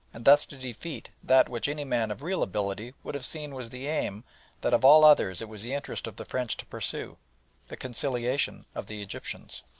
and thus to defeat that which any man of real ability would have seen was the aim that of all others it was the interest of the french to pursue the conciliation of the egyptians.